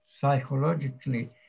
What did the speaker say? psychologically